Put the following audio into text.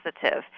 positive